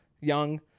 young